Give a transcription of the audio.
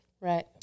Right